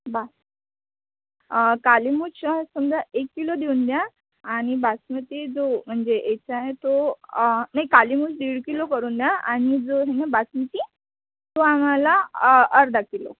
बा कालीमूच समजा एक किलो देऊन द्या आणि बासमती जो म्हणजे ह्याचा आहे तो नाही कालीमूच दीड किलो करून द्या आणि जो हे ना बासमती तो आम्हाला अर्धा किलो